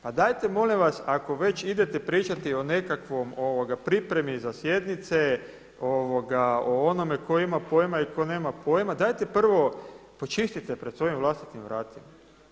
Pa dajte molim vas ako već idete pričati o nekakvoj pripremi za sjednice, o onome tko ima pojma i tko nema pojma, dajte prvo počistite pred svojim vlastitim vratima.